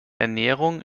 ernährung